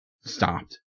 stopped